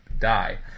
die